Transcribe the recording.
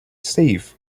safe